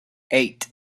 eight